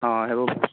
অঁ সেইবোৰ